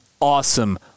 awesome